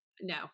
no